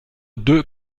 d’eux